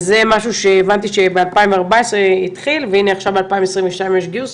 אז זה משהו שהבנתי שב-2014 התחיל והנה עכשיו ב-2022 יש גיוס,